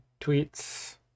tweets